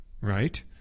right